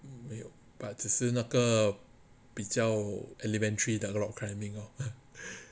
没有 but 只是那个比较 elementary 的 rock climbing lor